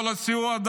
כל הסיוע,